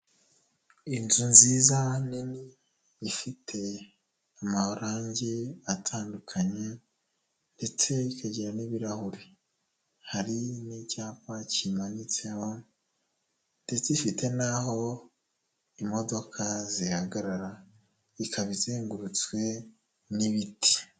Inzu nziza nini ifite amarangi atandukanye ndetse ikagira n'ibirahuri, hari n'icyapa kimanitseho ndetse ifite n'aho imodoka zihagarara, ikaba izengurutswe n'ibiti.